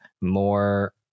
more